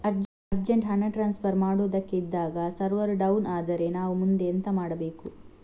Urgent ಹಣ transfer ಮಾಡೋದಕ್ಕೆ ಇದ್ದಾಗ ಸರ್ವರ್ ಡೌನ್ ಆದರೆ ನಾವು ಮುಂದೆ ಎಂತ ಮಾಡಬೇಕು?